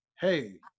hey